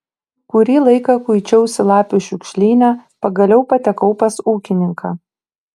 kurį laiką kuičiausi lapių šiukšlyne pagaliau patekau pas ūkininką